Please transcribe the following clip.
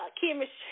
Chemistry